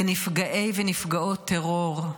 בנפגעי ונפגעות טרור,